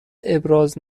ابراز